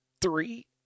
Three